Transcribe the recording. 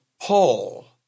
Paul